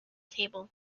table